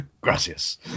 Gracias